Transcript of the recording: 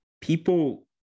people